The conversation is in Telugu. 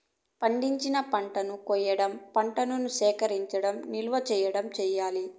పండించిన పంటలను కొయ్యడం, పంటను సేకరించడం, నిల్వ చేయడం చెయ్యాలి